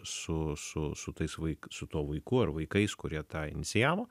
su su su tais vaik su tuo vaiku ar vaikais kurie tą inicijavo